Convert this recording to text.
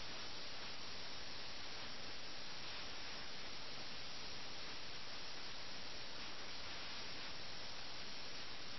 നിങ്ങൾ കഥയെ മൊത്തത്തിൽ ഒന്ന് പരിശോധിച്ചാൽ രണ്ട് കേന്ദ്ര കഥാപാത്രങ്ങളായ മിറും മിർസയും